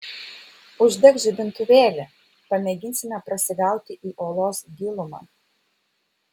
uždek žibintuvėlį pamėginsime prasigauti į olos gilumą